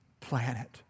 planet